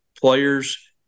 players